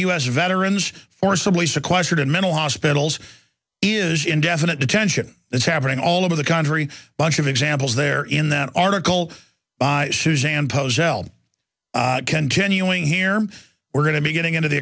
u s veterans forcibly sequestered in mental hospitals is indefinite detention that's happening all over the country bunch of examples there in that article by suzanne posed continuing here we're going to be getting into the